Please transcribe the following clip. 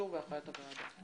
להכרעת הוועדה.